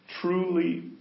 Truly